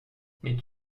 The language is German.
mit